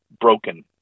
broken